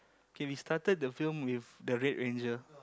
okay we started the film with the red ranger